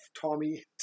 Tommy